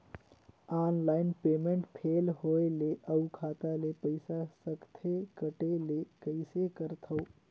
Online payment fail होय ले अउ खाता ले पईसा सकथे कटे ले कइसे करथव?